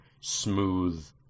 smooth